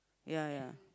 ya ya